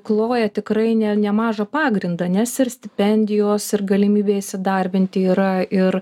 kloja tikrai ne nemažą pagrindą nes ir stipendijos ir galimybė įsidarbinti yra ir